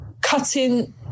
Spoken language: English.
cutting